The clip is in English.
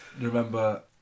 Remember